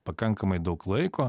pakankamai daug laiko